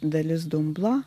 dalis dumblo